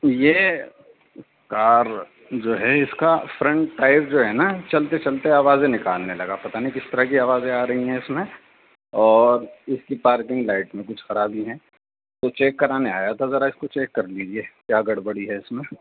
یہ کار جو ہے اس کا فرنٹ ٹائر جو ہے نا چلتے چلتے آوازیں نکالنے لگا پتا نہیں کس طرح کی آوازیں آ رہی ہیں اس میں اور اس کی پارکنگ لائٹ میں کچھ خرابی ہیں تو چیک کرانے آیا تھا ذرا اس کو چیک کر لیجیے کیا گڑبڑی ہے اس میں